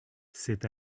c’est